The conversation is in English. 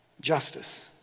justice